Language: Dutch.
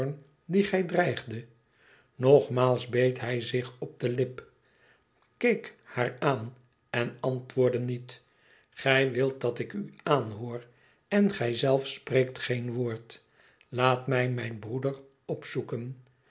dien gij dreigdet nogmaals beet hij zich op de lip keek haar aan en antwoordde niet gij wilt dat ik u aanhoor en gij zelf spreekt geen woord laat mij mijn broeder opzoeken